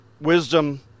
wisdom